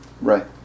Right